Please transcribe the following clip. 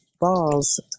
balls